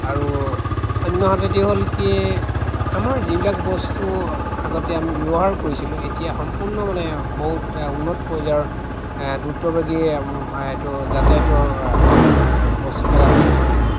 আৰু অন্য হাতেদিও হ'ল কি আমাৰ যিবিলাক বস্তু আগতে আমি ব্যৱহাৰ কৰিছিলোঁ এতিয়া সম্পূৰ্ণ মানে বহুত উন্নত পৰ্যায়ৰ দ্ৰুতবেগী এইটো যাতায়তৰ বস্তুবিলাক আমি